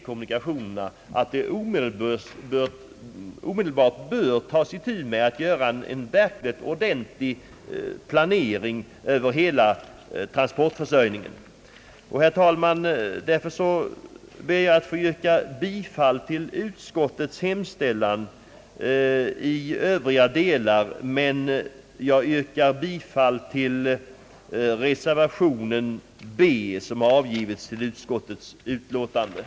Kommunikationsfrågorna är så angelägna att en ordentlig planering över hela transportförsörjningen omedelbart bör göras. Jag ber, herr talman, att få yrka bifall till reservation b, men i Övriga delar yrkar jag bifall till utskottets hemställan.